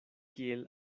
kiel